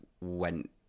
went